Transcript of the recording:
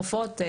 רופאות.